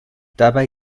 dabei